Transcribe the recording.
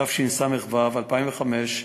התשס"ו 2005,